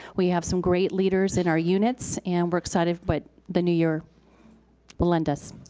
we have some great leaders in our units, and we're excited what the new year will lend us.